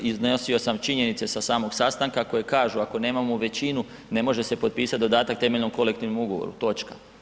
Iznosio sam činjenice sa samog sastanka koje kažu ako nemamo većinu, ne može se potpisati dodatak temeljnom kolektivnom ugovoru, točka.